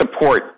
support